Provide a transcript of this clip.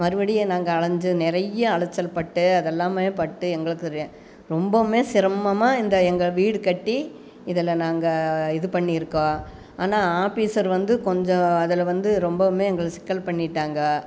மறுபடியும் நாங்கள் அலைஞ்சி நிறையா அலைச்சல் பட்டு அதெல்லாமே பட்டு எங்களுக்கு ரொம்பவுமே சிரமம்மாக இந்த எங்கள் வீடு கட்டி இதில் நாங்கள் இது பண்ணியிருக்கோம் ஆனால் ஆபீஸர் வந்து கொஞ்சம் அதில் வந்து ரொம்பவுமே எங்களுக்கு சிக்கல் பண்ணிட்டாங்க